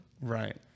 right